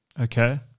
Okay